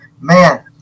man